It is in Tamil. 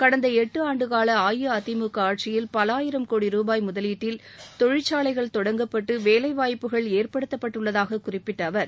கடந்த எட்டு ஆண்டுகால அஇஅதிமுக ஆட்சியில் பல ஆயிரம் கோடி ரூபாய் முதலீட்டில் தொழிற்சாலைகள் தொடங்கப்பட்டு வேலை வாய்ப்புகள் ஏற்படுத்தப்பட்டுள்ளதாகக் குறிப்பிட்ட அவர்